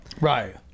Right